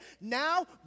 now